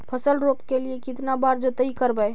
फसल रोप के लिय कितना बार जोतई करबय?